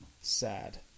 Sad